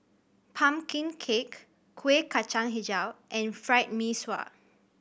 pumpkin cake Kueh Kacang Hijau and Fried Mee Sua